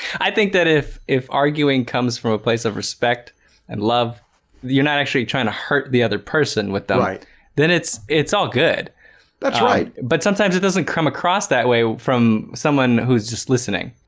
i think that if if arguing comes from a place of respect and love you're not actually trying to hurt the other person with the light then it's it's all good that's right. but sometimes it doesn't come across that way from someone who's just listening.